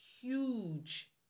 huge